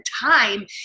time